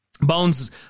Bones